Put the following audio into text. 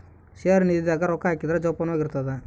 ಷೇರು ನಿಧಿ ದಾಗ ರೊಕ್ಕ ಹಾಕಿದ್ರ ಜೋಪಾನವಾಗಿ ಇರ್ತದ